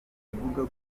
avuga